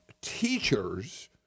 teachers